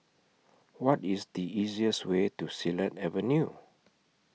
What IS The easiest Way to Silat Avenue